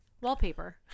wallpaper